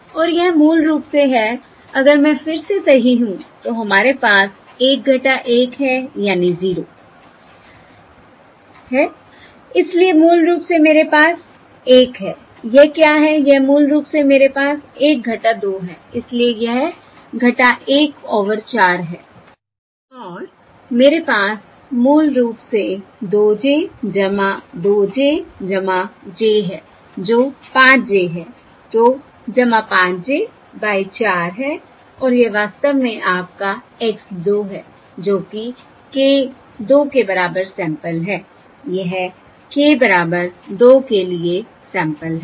और यह मूल रूप से है अगर मैं फिर से सही हूं तो हमारे पास 1 1 है यानी 0 है इसलिए मूल रूप से मेरे पास 1 है यह क्या है यह मूल रूप से मेरे पास 1 2 है इसलिए यह 1 ओवर 4 है और मेरे पास मूल रूप से 2 j 2 j j है जो 5 j है तो 5j बाय 4 है और यह वास्तव में आपका x 2 है जो कि k 2 के बराबर सैंपल है यह k बराबर 2 के लिए सैंपल है